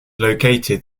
located